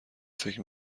فکر